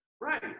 Right